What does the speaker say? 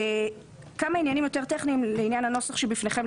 כמה עניינים יותר טכניים לעניין הנוסח שבפניכם.